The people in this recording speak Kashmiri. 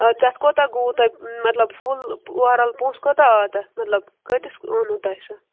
آ تتھ کوٗتاہ گوٚو تۄہہِ مطلب فُل اوٚوَر آل پۄنٛسہٕ کوٗتاہ آو تتھ مطلب کٍتِس اوٚنوٕ تۄہہِ سُہ